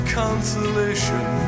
consolation